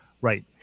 Right